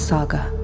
Saga